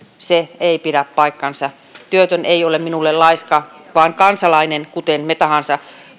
se ei pidä paikkaansa työtön ei ole minulle laiska vaan kansalainen kuten me kuka tahansa